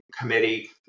committee